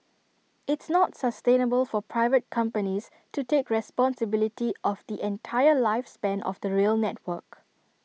it's not sustainable for private companies to take responsibility of the entire lifespan of the rail network